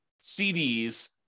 CDs